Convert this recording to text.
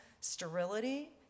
sterility